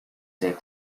safe